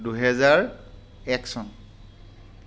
দুহেজাৰ এক চন